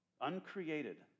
uncreated